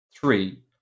three